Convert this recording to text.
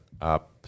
up